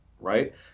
right